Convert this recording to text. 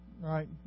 right